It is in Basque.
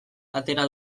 atera